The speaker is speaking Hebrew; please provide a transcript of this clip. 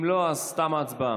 אם לא, אז תמה ההצבעה.